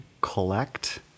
collect